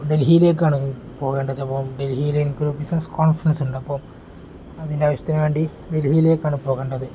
ഡൽഹിയിലേക്കാണ് പോകേണ്ടത് അപ്പം ഡൽഹിയിൽ എനിക്ക് ഒരു ബിസിനസ് കോൺഫറൻസ് ഉണ്ട് അപ്പം അതിൻ്റെ ആവശ്യത്തിന് വേണ്ടി ഡൽഹിയിലേക്കാണ് പോകേണ്ടത്